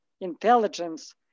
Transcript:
intelligence